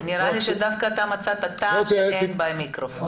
מה שנקרא "מרפאות מתפרצות".